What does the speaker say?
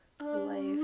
life